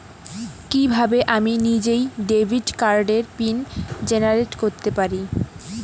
কিভাবে আমি নিজেই ডেবিট কার্ডের পিন জেনারেট করতে পারি?